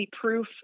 proof